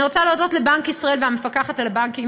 אני רוצה להודות לבנק ישראל ולמפקחת על הבנקים,